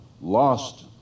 lost